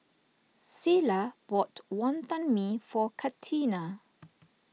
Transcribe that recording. Cilla bought Wonton Mee for Catina